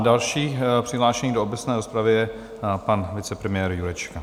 Další přihlášený do obecné rozpravy je pan vicepremiér Jurečka.